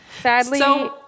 Sadly